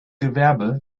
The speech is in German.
gewerbe